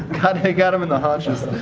cut they got him in the haunches.